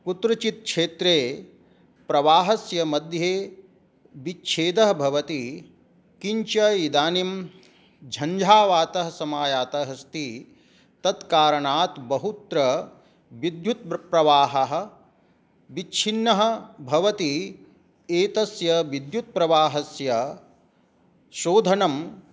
कुत्रचित् क्षेत्रे प्रवाहस्य मध्ये विच्छेदः भवति किञ्च इदानीं झञ्झावातः समायातः अस्ति तत् कारणात् बहुत्र विद्युत् प्र प्रवाहः विच्छिन्नः भवति एतस्य विद्युत् प्रवाहस्य शोधनं